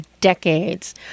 decades